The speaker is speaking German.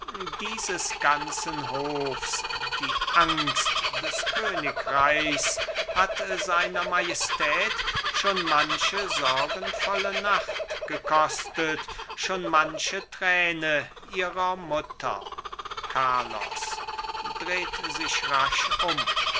dieses ganzen hofs die angst des königreichs hat seiner majestät schon manche sorgenvolle nacht gekostet schon manche träne ihrer mutter carlos dreht sich rasch um